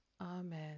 Amen